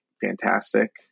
fantastic